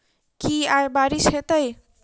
की आय बारिश हेतै?